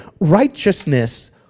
Righteousness